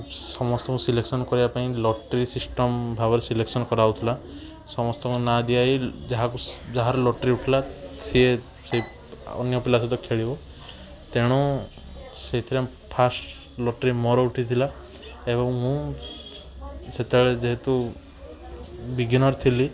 ସମସ୍ତଙ୍କୁ ସିଲେକ୍ସନ୍ କରିବା ପାଇଁ ଲଟେରୀ ସିଷ୍ଟମ୍ ଭାବରେ ସିଲେକ୍ସନ୍ କରାଯାଉଥିଲା ସମସ୍ତଙ୍କ ନାଁ ଦିଆହେଇ ଯାହାର ଲଟେରୀ ଉଠିଲା ସିଏ ସେଇ ଅନ୍ୟପିଲା ସହିତ ଖେଳିବ ତେଣୁ ସେଥିରେ ଫାଷ୍ଟ ଲଟେରୀ ମୋର ଉଠିଥିଲା ଏବଂ ମୁଁ ସେତେବେଳେ ଯେହେତୁ ବିଗିନର୍ ଥିଲି